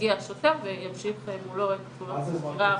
שיגיע שוטר וימשיך מולו את המעצר וכו'.